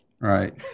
right